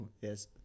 Yes